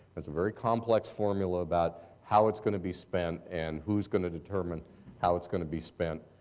it's a very complex formula about how it's going to be spent and who is going to determine how it's going to be spent.